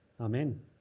Amen